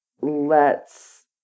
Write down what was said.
lets